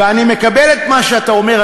ואני מקבל את מה שאתה אומר,